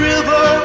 River